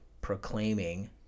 proclaiming